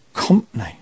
company